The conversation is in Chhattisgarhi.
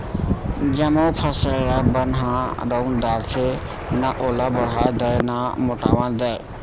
जमो फसल ल बन ह रउंद डारथे, न ओला बाढ़न दय न मोटावन दय